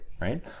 Right